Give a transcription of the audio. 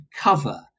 cover